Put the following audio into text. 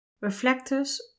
Reflectors